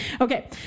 Okay